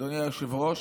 אדוני היושב-ראש,